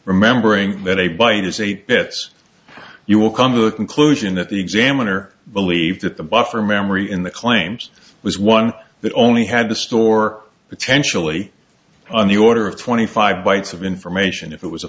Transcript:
remembering that a byte is eight bits you will come to the conclusion that the examiner believed that the buffer memory in the claims was one that only had to store potentially on the order of twenty five bytes of information if it was a